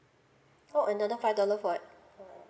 oh another five dollar for